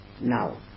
now